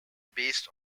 based